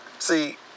See